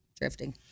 Drifting